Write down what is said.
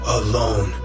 alone